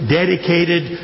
dedicated